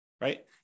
right